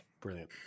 Brilliant